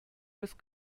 with